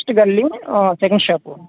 first గల్లి second shop